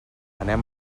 anem